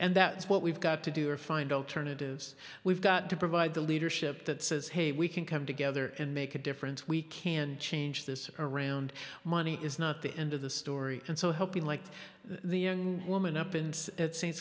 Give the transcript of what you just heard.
and that's what we've got to do or find alternatives we've got to provide the leadership that says hey we can come together and make a difference we can change this around money is not the end of the story and so i hope you liked the woman up and it s